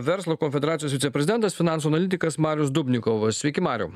verslo konfederacijos viceprezidentas finansų analitikas marius dubnikovas sveiki mariau